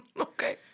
Okay